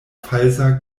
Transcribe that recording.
falsa